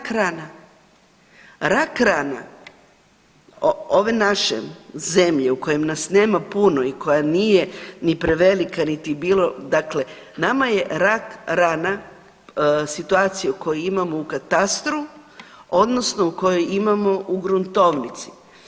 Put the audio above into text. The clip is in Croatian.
Rak rana ove naše zemlje u kojem nas nema puno i koja nije ni prevelika niti bilo, dakle nama je rak rana situacija u kojoj imamo u katastru odnosno u kojoj imamo u gruntovnicu.